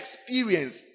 experience